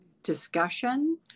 discussion